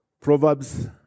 Proverbs